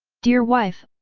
dear wife,